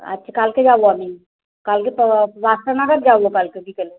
আচ্ছা কালকে যাবো আমি কালকে তো পাঁচটা নাগাদ যাবো কালকে বিকেলে